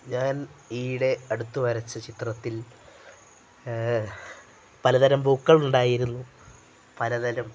ഞാൻ ഈയിടെ അടുത്തു വരച്ച ചിത്രത്തിൽ പലതരം പൂക്കളുണ്ടായിരുന്നു പലതരം